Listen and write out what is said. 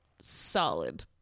solid